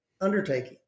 undertaking